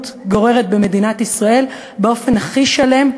גוררת במדינת ישראל באופן הכי שלם,